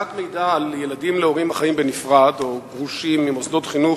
מידע על ילדים להורים החיים בנפרד או גרושים ממוסדות חינוך,